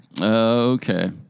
Okay